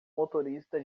motorista